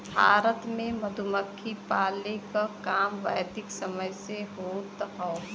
भारत में मधुमक्खी पाले क काम वैदिक समय से होत हौ